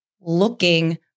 looking